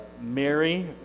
Mary